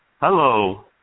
Hello